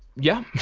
yeah.